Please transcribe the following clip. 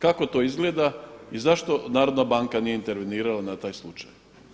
Kako to izgleda i zašto Narodna banka nije intervenirala na taj slučaj?